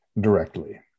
directly